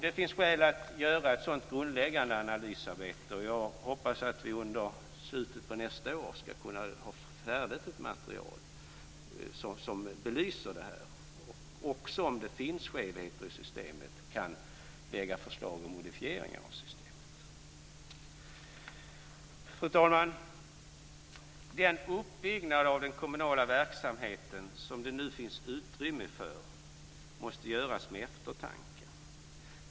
Det finns skäl att göra ett sådan grundläggande analysarbete, och jag hoppas att vi i slutet av nästa år ska få ett färdigt material som belyser detta och som, om det finns skevheter i systemet, kan lägga fram förslag om modifieringar. Fru talman! Den uppbyggnad av den kommunala verksamheten som det nu finns utrymme för måste göras med eftertanke.